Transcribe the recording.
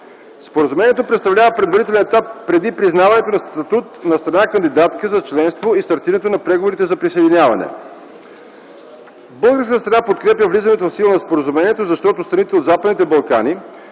Споразумението представлява предварителен етап преди признаването на статут на страна – кандидатка за членство и стартиране на преговорите за присъединяване. Българската страна подкрепя влизането в сила на споразумението, защото страните от Западните Балкани,